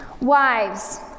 Wives